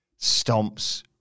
stomps